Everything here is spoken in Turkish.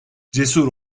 cesur